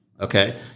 Okay